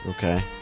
Okay